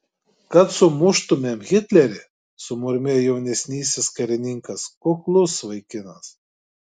kad sumuštumėm hitlerį sumurmėjo jaunesnysis karininkas kuklus vaikinas